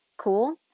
Cool